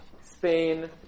Spain